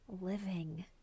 living